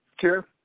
Sure